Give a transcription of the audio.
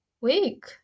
week